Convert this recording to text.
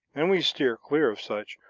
and we steer clear of such,